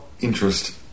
interest